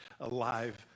alive